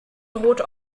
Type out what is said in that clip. droht